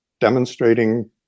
demonstrating